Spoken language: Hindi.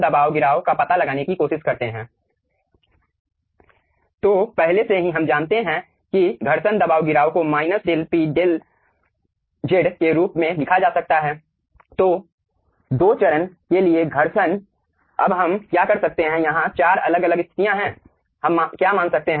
दो चरण के लिए घर्षण अब हम क्या कर सकते हैं यहां 4 अलग अलग स्थितियां हैं हम क्या मान सकते हैं